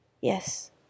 Yes